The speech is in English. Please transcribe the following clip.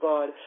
God